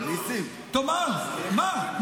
תאמר, מה?